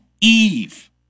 Eve